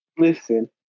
Listen